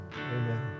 amen